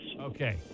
Okay